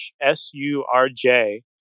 S-U-R-J